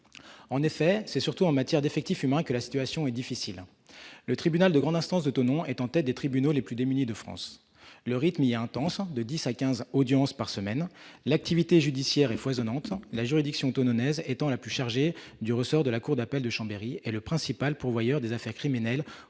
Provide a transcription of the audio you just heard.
En effet, c'est surtout en matière d'effectifs humains que la situation est difficile. Le tribunal de grande instance de Thonon-les-Bains est en tête des tribunaux les plus démunis de France. Le rythme y est intense : de dix à quinze audiences par semaine. L'activité judiciaire est foisonnante, la juridiction thononaise étant la plus chargée du ressort de la cour d'appel de Chambéry et le principal pourvoyeur des affaires criminelles